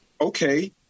okay